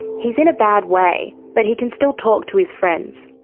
he is in a bad way, but he can still talk to his friends.